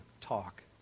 talk